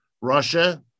Russia